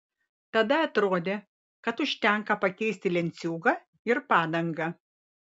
tada atrodė kad užtenka pakeisti lenciūgą ir padangą